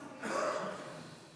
51)